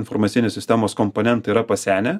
informacinės sistemos komponentai yra pasenę